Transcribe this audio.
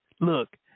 Look